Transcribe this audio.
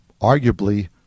arguably